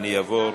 אני אעבור,